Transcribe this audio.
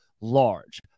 large